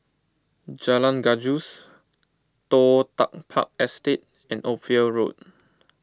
Jalan Gajus Toh Tuck Park Estate and Ophir Road